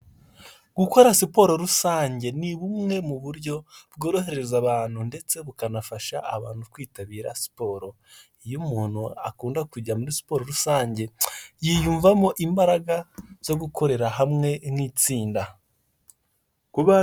Gukora siporo rusange ni bumwe mu buryo bworohereza abantu ndetse bukanafasha abantu kwitabira siporo. Iyo umuntu akunda kujya muri siporo rusange yiyumvamo imbaraga zo gukorera hamwe nk'itsinda.